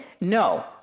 no